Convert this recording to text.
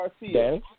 Garcia